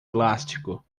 plástico